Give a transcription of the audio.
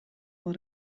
van